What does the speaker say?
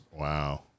Wow